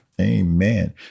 Amen